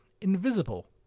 invisible